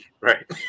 Right